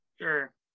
Sure